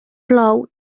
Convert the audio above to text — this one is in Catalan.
plou